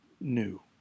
new